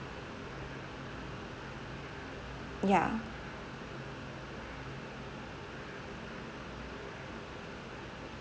ya